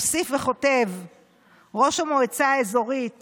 מוסיף וכותב ראש המועצה האזורית